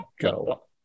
go